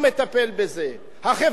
החברה להשבת רכוש,